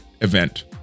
event